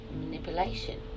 manipulation